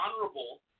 honorable